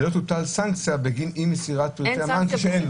ולא תוטל סנקציה בגין אי-מסירת פרטי המען כשאין לו.